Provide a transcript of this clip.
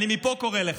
אני מפה קורא לך: